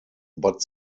but